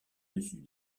dessus